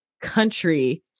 country